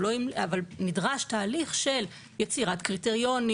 אבל נדרש תהליך של יצירת קריטריונים,